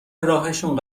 راهشون